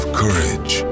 courage